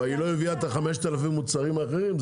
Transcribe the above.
אבל היא לא הביאה 5,000 מוצרים אחרים,